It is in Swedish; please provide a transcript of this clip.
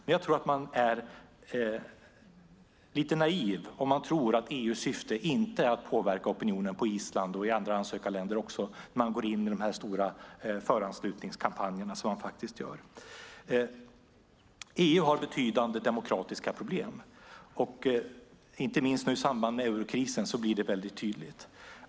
Men jag tror att det är lite naivt att tro att EU:s syfte inte är att påverka opinionen på Island och i andra ansökarländer när man går in med de stora kampanjer för anslutning så som man gör. EU har betydande demokratiska problem, inte minst i samband med eurokrisen blir det tydligt.